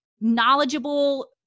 knowledgeable